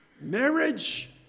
Marriage